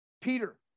Peter